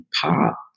pop